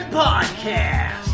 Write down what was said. podcast